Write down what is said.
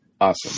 Awesome